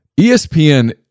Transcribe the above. ESPN